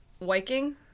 Viking